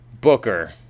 Booker